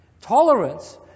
tolerance